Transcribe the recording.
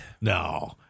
No